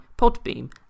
Podbeam